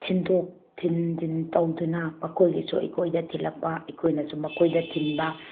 ꯊꯤꯟꯗꯣꯛ ꯊꯤꯟꯖꯤꯟ ꯇꯧꯗꯨꯅ ꯃꯈꯣꯏꯒꯤꯁꯨ ꯑꯩꯈꯣꯏꯗ ꯊꯤꯜꯂꯛꯄ ꯑꯩꯈꯣꯏꯅꯁꯨ ꯃꯈꯣꯏꯗ ꯊꯤꯟꯕ